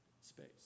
space